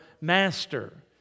master